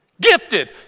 gifted